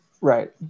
right